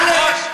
היושב-ראש,